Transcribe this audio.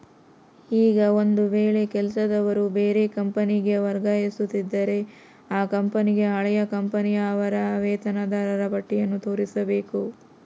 ಈಗ ಒಂದು ವೇಳೆ ಕೆಲಸದವರು ಬೇರೆ ಕಂಪನಿಗೆ ವರ್ಗವಾಗುತ್ತಿದ್ದರೆ ಆ ಕಂಪನಿಗೆ ಹಳೆಯ ಕಂಪನಿಯ ಅವರ ವೇತನದಾರರ ಪಟ್ಟಿಯನ್ನು ತೋರಿಸಬೇಕು